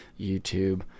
YouTube